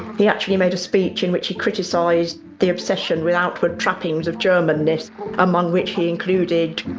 he actually made a speech in which he criticized the obsession with outward trappings of germanness among which he included